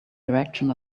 direction